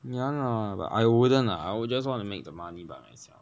娘 lah but I wouldn't lah I will just want to make the money by myself